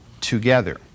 together